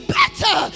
better